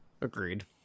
Agreed